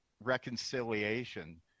reconciliation